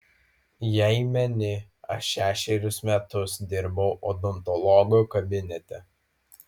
jei meni aš šešerius metus dirbau odontologo kabinete